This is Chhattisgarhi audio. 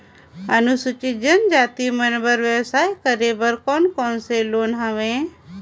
अनुसूचित जनजाति मन बर व्यवसाय करे बर कौन कौन से लोन हवे?